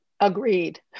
Agreed